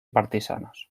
partisanos